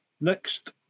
Next